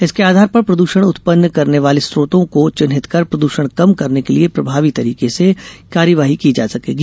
इसके आधार पर प्रदूषण उत्पन्न करने वाले स्रोतों को चिन्हित कर प्रदूषण कम करने के लिये प्रभावी तरीके से कार्यवाही की जा सकेगी